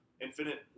infinite